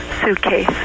suitcase